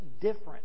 different